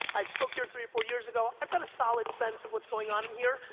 i've spoke here three or four years ago, i've got a solid sense of what's going on in here.